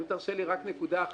אם תרשה לי, רק נקודה אחת.